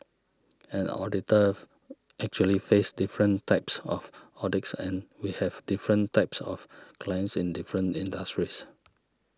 an auditor actually faces different types of audits and we have different types of clients in different industries